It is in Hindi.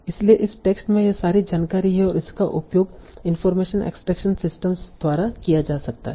इसलिए इस टेक्स्ट में यह सारी जानकारी है और इसका उपयोग इनफार्मेशन एक्सट्रैक्शन सिस्टम्स द्वारा किया जा सकता है